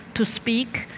to speak,